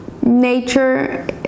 Nature